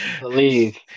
believe